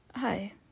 hi